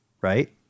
right